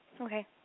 Okay